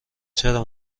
چرا